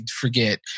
forget